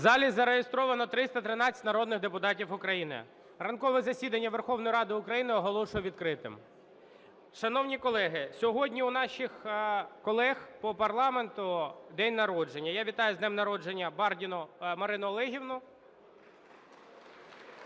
В залі зареєстровано 313 народних депутатів України. Ранкове засідання Верховної Ради України оголошую відкритим. Шановні колеги, сьогодні у наших колег по парламенту день народження. Я вітаю з днем народження Бардіну Марину Олегівну